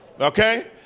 Okay